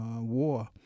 war